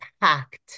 packed